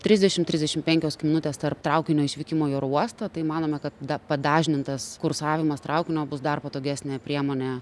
trisdešim trisdešim penkios minutės tarp traukinio išvykimo į oro uostą tai manome kad da padažnintas kursavimas traukinio bus dar patogesnė priemonė